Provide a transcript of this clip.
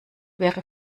wäre